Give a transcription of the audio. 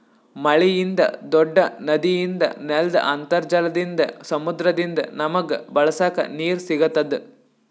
ಮಳಿಯಿಂದ್, ದೂಡ್ಡ ನದಿಯಿಂದ್, ನೆಲ್ದ್ ಅಂತರ್ಜಲದಿಂದ್, ಸಮುದ್ರದಿಂದ್ ನಮಗ್ ಬಳಸಕ್ ನೀರ್ ಸಿಗತ್ತದ್